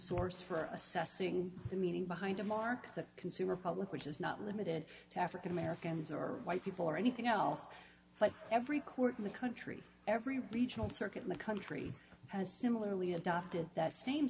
source for assessing the meaning behind a mark of the consumer public which is not limited to african americans or white people or anything else but every court in the country every regional circuit in the country has similarly adopted that same